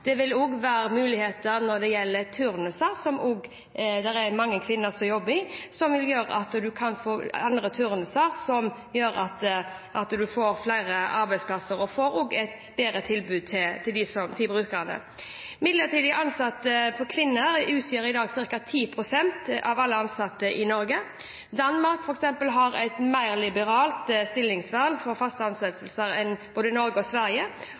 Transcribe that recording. Det vil også være muligheter når det gjelder turnuser, som det er mange kvinner som jobber i. Forslaget vil gjøre at man kan få andre turnuser, noe som gir flere arbeidsplasser og et bedre tilbud til brukerne. Midlertidig ansatte kvinner utgjør i dag ca. 10 pst. av alle ansatte i Norge. Danmark f.eks. har et mer liberalt stillingsvern for faste ansettelser enn både Norge og Sverige